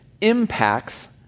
impacts